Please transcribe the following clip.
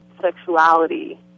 sexuality